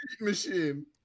machine